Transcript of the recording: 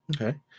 Okay